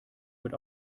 wird